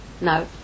no